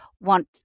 want